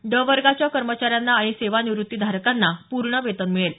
ड वर्गाच्या कर्मचाऱ्यांना आणि सेवानिवृत्तीधारकांना पूर्ण वेतन मिळेल